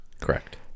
correct